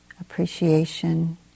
Appreciation